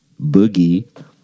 boogie